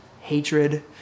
hatred